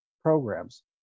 programs